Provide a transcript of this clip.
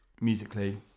musically